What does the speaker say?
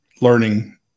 learning